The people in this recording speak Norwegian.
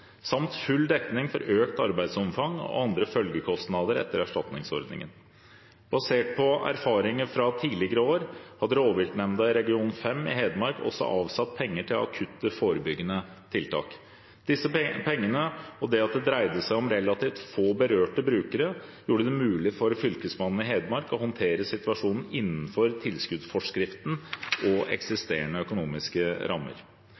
samt full dekning for økt arbeidsomfang og andre følgekostnader etter erstatningsordningen. Basert på erfaringer fra tidligere år hadde rovviltnemnda i region 5 i Hedmark også avsatt penger til akutte forebyggende tiltak. Disse pengene og det at det dreide seg om relativt få berørte brukere, gjorde det mulig for Fylkesmannen i Hedmark å håndtere situasjonen innenfor tilskuddsforskriften og eksisterende økonomiske rammer.